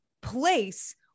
place